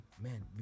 man